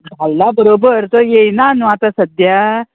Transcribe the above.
धाडला बरोबर तो येयना न्हू आतां सद्द्या